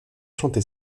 chanter